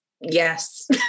yes